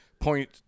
point